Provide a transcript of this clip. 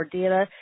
data